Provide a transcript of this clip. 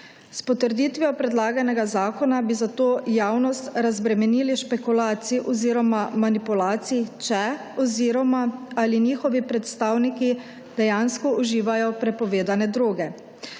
S potrditvijo predlaganega zakona bi zato javnost razbremenili špekulacij oziroma manipulacij, če oziroma ali njihovi predstavniki dejansko uživajo prepovedane droge.